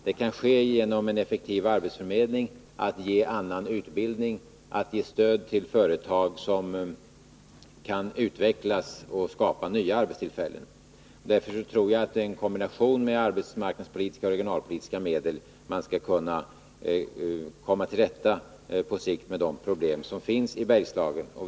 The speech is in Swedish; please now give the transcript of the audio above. Detta kan ske genom en effektiv arbetsförmedling, genom att ge annan utbildning och genom att ge stöd till företag som kan utvecklas och skapa nya arbetstillfällen. Därför tror jag att man med en kombination av arbetsmarknadspolitiska och regionalpoliltiska medel på sikt skall kunna komma till rätta med de problem som finns inom Bergslagen.